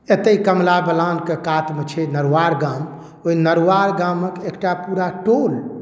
एते कमला बलानके कातमे छै नरुआर गाम ओइ नरुआर गामके एकटा पूरा टोल